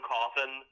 Coffin